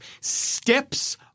steps